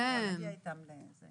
9. לפני סעיף 1